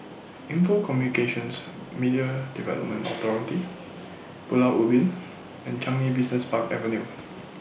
Info Communications Media Development Authority Pulau Ubin and Changi Business Park Avenue